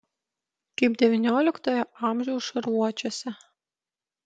kaip devynioliktojo amžiaus šarvuočiuose